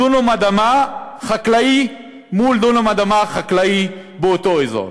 דונם אדמה חקלאי מול דונם אדמה חקלאי באותו אזור,